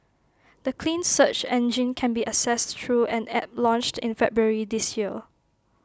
the clean search engine can be accessed through an app launched in February this year